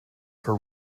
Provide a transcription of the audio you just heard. for